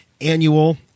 annual